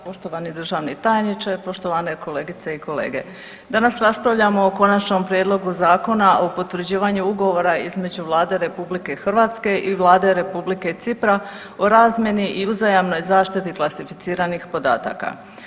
Poštovani državni tajniče, poštovane kolegice i kolege, danas raspravljamo o Konačnom prijedlogu Zakona o potvrđivanju Ugovora između Vlade RH i Vlade RH Cipra o razmjeni i uzajamnoj zaštiti klasificiranih podataka.